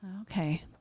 Okay